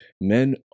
men